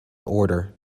order